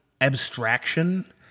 abstraction